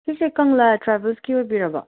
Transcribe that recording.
ꯁꯤꯁꯦ ꯀꯪꯂꯥ ꯇ꯭ꯔꯥꯕꯦꯜ꯭ꯁꯀꯤ ꯑꯣꯏꯕꯤꯔꯕꯣ